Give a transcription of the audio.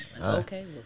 Okay